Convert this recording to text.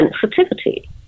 sensitivity